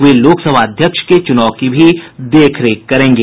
वे लोकसभा अध्यक्ष के चुनाव की भी देखरेख करेंगे